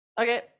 Okay